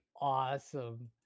awesome